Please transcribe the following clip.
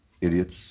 idiots